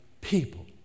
people